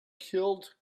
killed